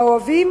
האוהבים